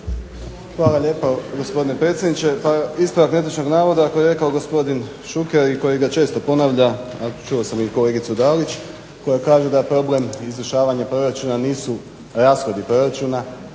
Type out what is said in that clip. Hvala lijepo gospodine predsjedniče. Pa ispravak netočnog navoda … rekao gospodin Šuker i kojega često ponavlja, a čuo sam i kolegicu Daliću koja kaže da je problem izvršavanja proračuna nisu rashodi proračuna,